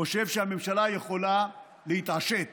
חושב שהממשלה יכולה להתעשת